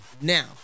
Now